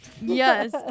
Yes